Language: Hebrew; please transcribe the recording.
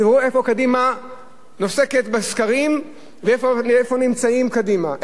תראו איפה העבודה נוסקת בסקרים ואיפה נמצאים קדימה.